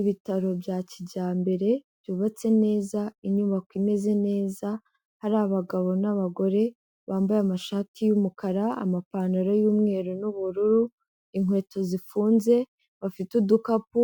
Ibitaro bya kijyambere, byubatse neza, inyubako imeze neza, hari abagabo n'abagore bambaye amashati y'umukara, amapantaro y'umweru n'ubururu, inkweto zifunze, bafite udukapu